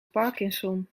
parkinson